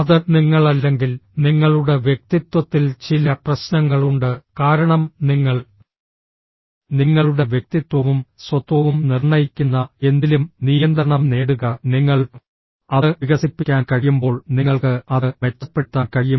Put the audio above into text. അത് നിങ്ങളല്ലെങ്കിൽ നിങ്ങളുടെ വ്യക്തിത്വത്തിൽ ചില പ്രശ്നങ്ങളുണ്ട് കാരണം നിങ്ങൾ നിങ്ങളുടെ വ്യക്തിത്വവും സ്വത്വവും നിർണ്ണയിക്കുന്ന എന്തിലും നിയന്ത്രണം നേടുക നിങ്ങൾ അത് വികസിപ്പിക്കാൻ കഴിയുമ്പോൾ നിങ്ങൾക്ക് അത് മെച്ചപ്പെടുത്താൻ കഴിയും